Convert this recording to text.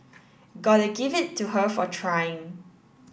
gotta give it to her for trying